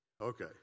Okay